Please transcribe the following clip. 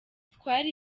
twari